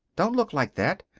don't look like that.